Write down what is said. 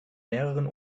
mehreren